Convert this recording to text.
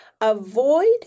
Avoid